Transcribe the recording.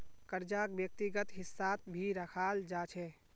कर्जाक व्यक्तिगत हिस्सात भी रखाल जा छे